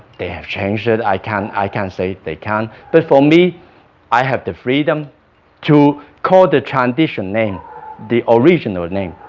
they have changed it. i can i can say it, they can, but for me i have the freedom to call the tradition name the original name.